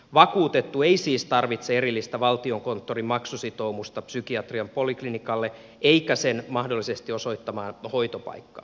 vakuutettu ei siis tarvitse erillistä valtiokonttorin maksusitoumusta psykiatrian poliklinikalle eikä sen mahdollisesti osoittamaan hoitopaikkaan